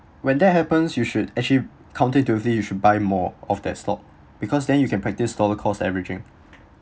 when that happens you should actually counter to vi you should buy more of that stock because then you can practice dollar cost averaging